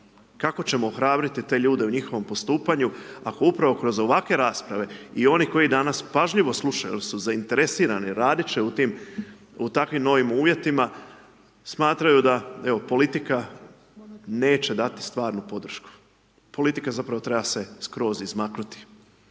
Kako ćemo ohrabriti te ljude u njihovom postupanju, ako upravo kroz ovakve rasprave i oni koji danas pažljivo slušaju jel su zainteresirani, raditi će u takvim novim uvjetima, smatraju da, evo, politika, neće dati stvarnu podršku. Politika zapravo treba se skroz izmaknuti,